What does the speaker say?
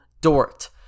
Dort